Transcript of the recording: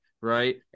Right